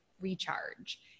Recharge